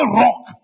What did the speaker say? rock